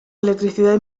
electricidad